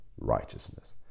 righteousness